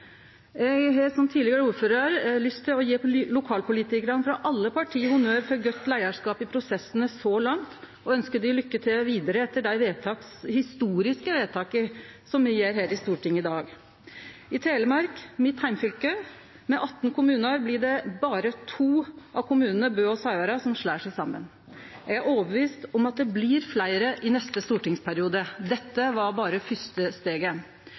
Eg har som tidlegare ordførar lyst til å gje lokalpolitikarane frå alle parti honnør for godt leiarskap i prosessane så langt, og eg vil ønskje dei lykke til vidare etter det historiske vedtaket som me gjer her i Stortinget i dag. I Telemark, mitt heimfylke, med 18 kommunar, er det berre to av kommunane, Bø og Sauherad, som slår seg saman. Eg er overtydd om at det blir fleire i neste stortingsperiode. Dette var berre det første steget,